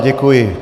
Děkuji.